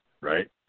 right